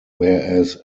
whereas